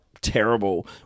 terrible